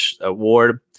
award